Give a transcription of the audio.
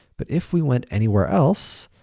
but if we went anywhere else,